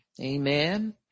Amen